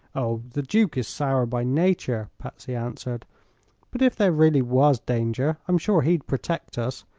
oh, the duke is sour by nature, patsy answered but if there really was danger, i'm sure he'd protect us,